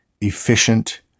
efficient